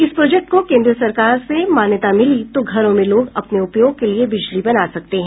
इस प्रोजेक्ट को केन्द्र सरकार से मान्यता मिली तो घरों में लोग अपने उपयोग के लिए बिजली बना सकते हैं